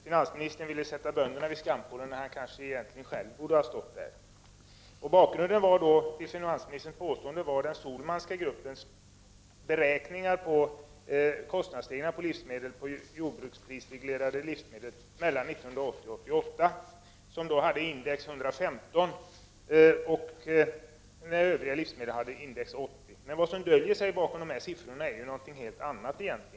Finansministern vill alltså sätta bönderna vid skampålen när han egentligen själv borde ha stått där. Bakgrunden till finansministerns påstående var den Sohlmanska gruppens beräkningar på kostnadsstegringar på jordbruksprisreglerade livsmedelsprodukter mellan 1980 och 1988. Index var då 115 när övriga livsmedel hade index 80. Det som döljer sig bakom dessa siffror är något helt annat.